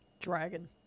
Dragon